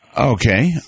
Okay